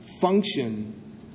function